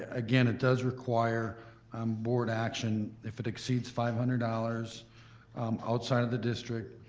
ah again, it does require um board action if it exceeds five hundred dollars outside of the district,